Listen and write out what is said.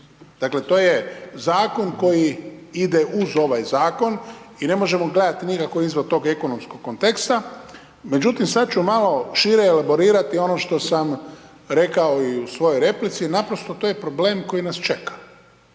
Dakle to je zakon koji ide uz ovaj zakon i ne možemo gledati nikako izvan tog ekonomskog konteksta. Međutim, sad ću malo šire elaborirati ono što sam rekao i u svojoj replici, naprosto to je problem koji nas čeka.